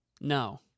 No